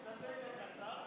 תעשה את זה קצר,